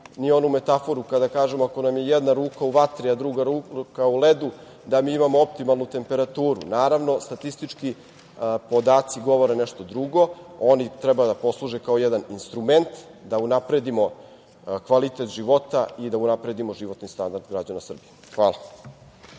ni onu metaforu, kako da kažem, ako nama je jedna ruka u vatri, a druga ruka u ledu da mi imamo optimalnu temperaturu. Naravno, statistički podaci govore nešto drugo. Oni treba da posluže kao jedan instrument, da unapredimo kvalitet života i da unapredimo životni standard građana Srbije. Hvala.